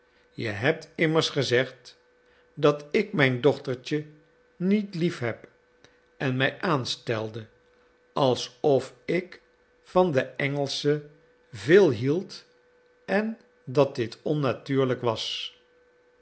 je hebt immers gezegd dat ik mijn dochtertje niet liefheb en mij aanstelde alsof ik van de engelsche veel hield en dat dit onnatuurlijk was